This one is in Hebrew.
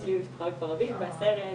אבל גם ליועצת המשפטית יש הערות.